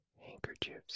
handkerchiefs